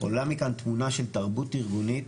עולה מכאן תמונה של תרבות ארגונית,